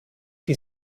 die